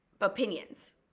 Opinions